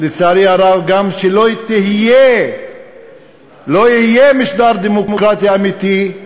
לצערי הרב, שגם לא יהיה משטר דמוקרטי אמיתי,